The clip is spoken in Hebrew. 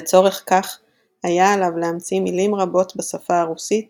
לצורך כך היה עליו להמציא מילים רבות בשפה הרוסית